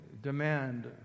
demand